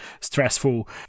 stressful